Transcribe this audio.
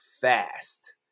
fast